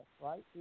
right